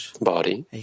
body